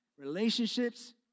Relationships